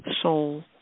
soul